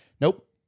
Nope